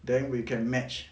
then we can match